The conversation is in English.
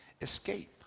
escape